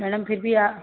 madam फिर भी आप